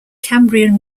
cambrian